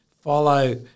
follow